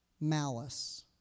Malice